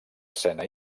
escena